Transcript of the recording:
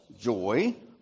joy